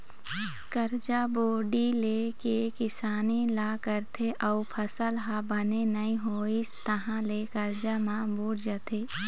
करजा बोड़ी ले के किसानी ल करथे अउ फसल ह बने नइ होइस तहाँ ले करजा म बूड़ जाथे